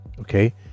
okay